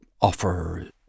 offer